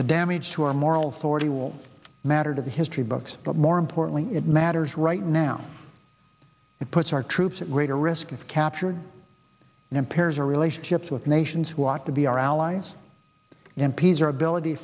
the damage to our moral authority will matter to the history books but more importantly it matters right now it puts our troops at greater risk of captured in pairs or relationships with nations who want to be our allies in peace or ability